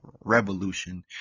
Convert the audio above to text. revolution